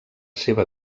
seva